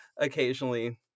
occasionally